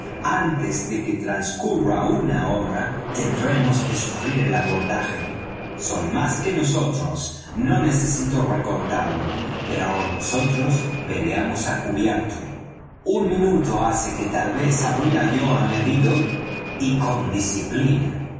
antes de que trascurra una hora tendremos que sufrir el abordaje son más que nosotros no necesito recordarlo pero nosotros peleamos á cubierto un minuto hace que tal vez habría yo añadido y